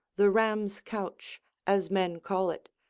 the ram's couch as men call it,